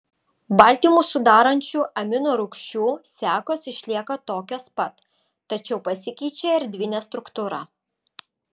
baltymus sudarančių amino rūgčių sekos išlieka tokios pat tačiau pasikeičia erdvinė struktūra